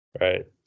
right